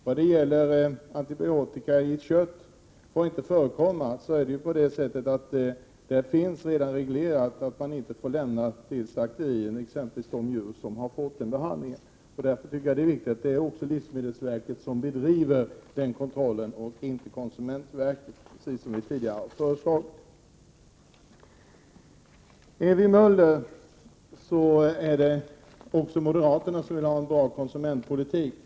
Vad beträffar att antibiotika inte får förekomma i kött finns det redan reglerat att man inte får lämna djur som har fått sådan behandling till slakteri. Därför bör det också vara livsmedelsverket som bedriver kontrollen på den punkten och inte konsumentverket, precis som vi tidigare har föreslagit. Ewy Möller säger att också moderaterna vill ha en bra konsumentpolitik.